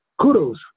kudos